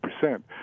percent